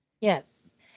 Yes